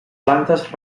plantes